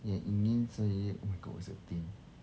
yang ingin saya oh my god what is that thing